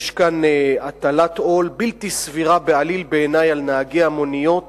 יש כאן הטלת עול בלתי סבירה בעליל בעיני על נהגי המוניות